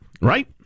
right